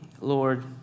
Lord